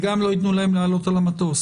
וגם לא ייתנו להם לעלות על המטוס.